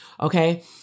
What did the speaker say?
okay